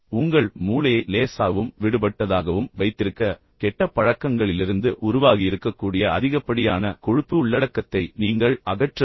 உங்கள் மூளையை லேசாகவும் விடுபட்டதாகவும் வைத்திருக்க கெட்ட பழக்கங்களிலிருந்து உருவாகியிருக்கக்கூடிய அதிகப்படியான கொழுப்பு உள்ளடக்கத்தை நீங்கள் அகற்ற வேண்டும்